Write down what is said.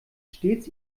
stets